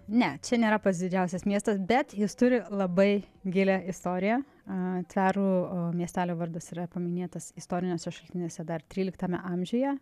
ne čia nėra pats didžiausias miestas bet jis turi labai gilią istoriją a tverų miestelio vardas yra paminėtas istoriniuose šaltiniuose dar tryliktame amžiuje